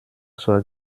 zur